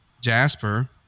Jasper